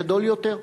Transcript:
גדול יותר.